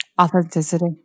authenticity